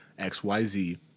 XYZ